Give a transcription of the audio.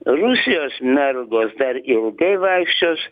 rusijos mergos dar ilgai vaikščios